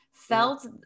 felt